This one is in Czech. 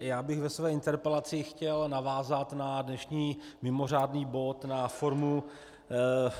Já bych ve své interpelaci chtěl navázat na dnešní mimořádný bod, na formu,